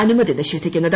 ര അനുമതി നിഷേധിക്കുന്നത്